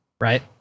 right